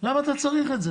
למה אתה צריך את זה?